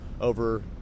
over